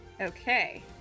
Okay